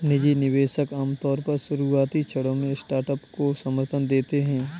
निजी निवेशक आमतौर पर शुरुआती क्षणों में स्टार्टअप को समर्थन देते हैं